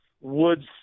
Woods